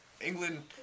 England